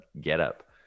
getup